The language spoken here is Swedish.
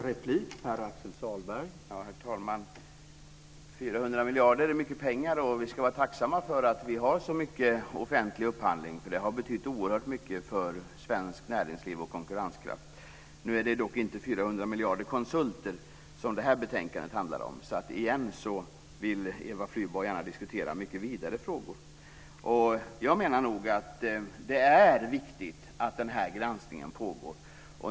Herr talman! 400 miljarder är mycket pengar. Vi ska vara tacksamma över att vi har så mycket offentlig upphandling. Det har betytt oerhört mycket för svenskt näringsliv och dess konkurrenskraft. Nu handlar inte det här betänkandet om 400 miljarder konsulter. Eva Flyborg vill återigen diskutera mycket vidare frågor. Det är viktigt att det pågår en granskning.